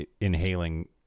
inhaling